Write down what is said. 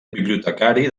bibliotecari